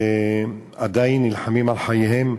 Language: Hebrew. ועדיין נלחמים על חייהם,